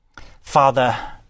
father